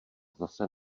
zase